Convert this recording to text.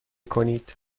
کنید